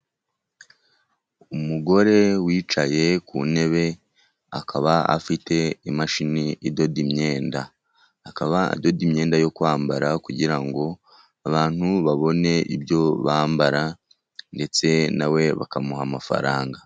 Umugore wicaye ku ntebe, akaba afite imashini idoda imyenda. Akaba adoda imyenda yo kwambara kugira ngo abantu babone ibyo bambara, ndetse na we bakamuha amafaranga.